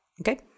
okay